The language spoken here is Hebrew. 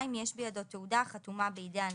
(2)יש בידו תעודה החתומה בידי הנציב,